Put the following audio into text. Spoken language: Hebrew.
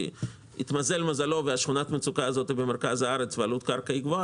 כי התמזל מזלו ושכונת המצוקה הזו היא במרכז הארץ ועלות הקרקע הגבוה,